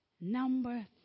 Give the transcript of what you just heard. number